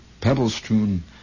pebble-strewn